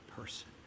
person